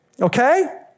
Okay